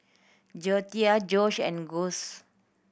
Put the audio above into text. Joetta Jose and Gus